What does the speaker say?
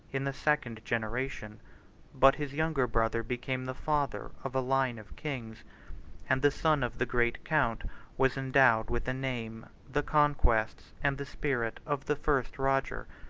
in the second generation but his younger brother became the father of a line of kings and the son of the great count was endowed with the name, the conquests, and the spirit, of the first roger.